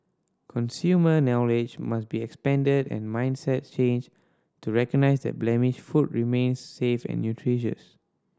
consumer knowledge must be expanded and mindsets changed to recognise that blemished food remains safe and nutritious